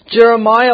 Jeremiah